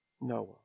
Noah